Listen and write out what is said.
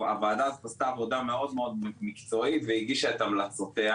הוועדה הזאת עשתה עבודה מאוד מקצועית והגישה את המלצותיה,